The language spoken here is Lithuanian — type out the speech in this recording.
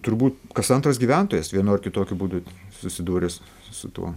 turbūt kas antras gyventojas vienu ar kitokiu būdu susidūręs su tuo